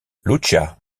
lucia